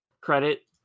credit